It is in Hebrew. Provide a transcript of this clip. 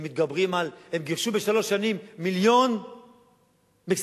הם גירשו בשלוש שנים מיליון מקסיקנים,